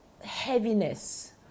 heaviness